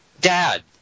Dad